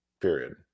period